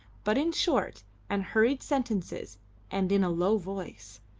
but in short and hurried sentences and in a low voice.